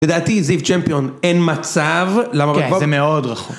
לדעתי, זיו צ'מפיון - אין מצב. -כן, זה מאוד רחוק.